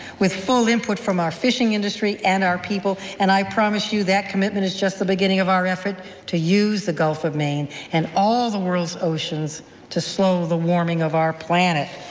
with full input from our fishing industry and our people. and i promise you, that commitment is just the beginning of our effort to use the gulf of maine and all the world's oceans to slow the warming of our planet.